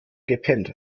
gepennt